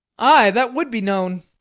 ay, that would be known.